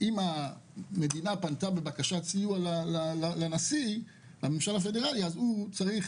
אם המדינה פנתה בבקשת סיוע לנשיא אז הוא צריך